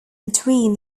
between